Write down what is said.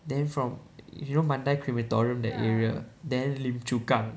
then from you know Mandai crematorium that area then Lim Chu Kang